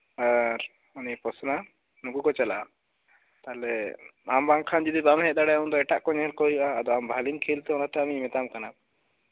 ᱟᱨ ᱯᱨᱚᱥᱱᱟ ᱱᱩᱠᱩ ᱠᱚ ᱪᱟᱞᱟᱜᱼᱟ ᱟᱨ ᱵᱟᱝᱠᱷᱟᱱ ᱡᱚᱫᱤ ᱵᱟᱝ ᱮᱢ ᱦᱮᱡ ᱫᱟᱲᱮᱭᱟᱜᱼᱟ ᱮᱴᱟᱜ ᱠᱚ ᱧᱮᱞ ᱦᱩᱭᱩᱜᱼᱟ ᱟᱫᱚ ᱟᱢ ᱵᱷᱟᱹᱜᱤᱢ ᱠᱷᱮᱞᱛᱮ ᱟᱹᱢᱤᱧ ᱢᱮᱛᱟᱢ ᱠᱟᱱᱟ